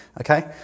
okay